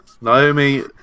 Naomi